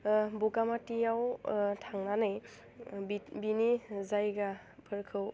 बगामाथियाव थांनानै बिनि जायगाफोरखौ